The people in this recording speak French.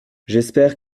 j’espère